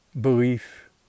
belief